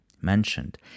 mentioned